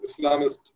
Islamist